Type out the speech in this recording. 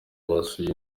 basuye